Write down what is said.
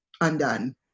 undone